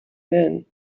been